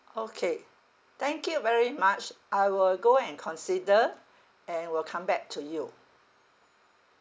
okay thank you very much I will go and consider and will come back to you